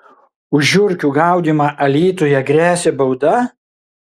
už žiurkių gaudymą alytuje gresia bauda